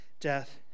death